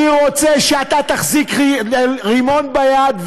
אני רוצה שאתה תחזיק רימון ביד,